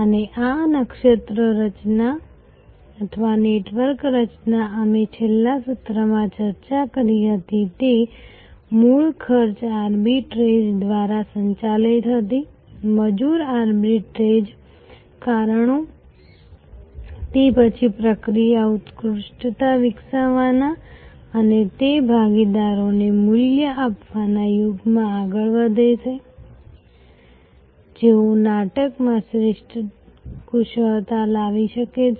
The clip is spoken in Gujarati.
અને આ નક્ષત્ર રચના અથવા નેટવર્ક રચના અમે છેલ્લા સત્રમાં ચર્ચા કરી હતી તે મૂળ ખર્ચ આર્બિટ્રેજ દ્વારા સંચાલિત હતી મજૂર આર્બિટ્રેજ કારણો તે પછી પ્રક્રિયા ઉત્કૃષ્ટતા વિકસાવવાના અને તે ભાગીદારોને મૂલ્ય આપવાના યુગમાં આગળ વધે છે જેઓ નાટકમાં શ્રેષ્ઠ કુશળતા લાવી શકે છે